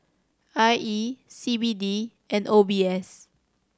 I E C B D and O B S